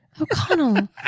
O'Connell